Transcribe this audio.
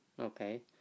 okay